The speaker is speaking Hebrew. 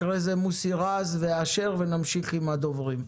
אחרי זה חה"כ מוסי רז ויעקב אשר ונמשיך עם הדוברים.